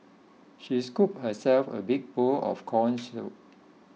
she scooped herself a big bowl of Corn Soup